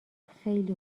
خیلی